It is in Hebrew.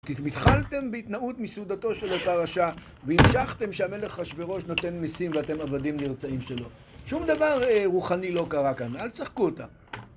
התחלתם בהתנאות מסעודתו של אותו רשע והמשכתם שהמלך אחשורוש נותן ניסים ואתם עבדים נרצעים שלו שום דבר רוחני לא קרה כאן, אל תשחקו אותה